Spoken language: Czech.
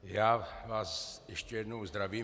Já vás ještě jednou zdravím.